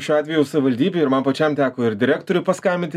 šiuo atveju savivaldybei ir man pačiam teko ir direktoriui paskambinti